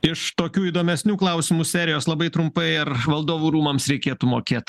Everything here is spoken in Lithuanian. iš tokių įdomesnių klausimų serijos labai trumpai ar valdovų rūmams reikėtų mokėt